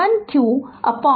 तो v1 qC1 होगा